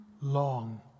long